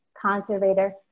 conservator